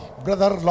Brother